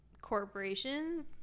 corporations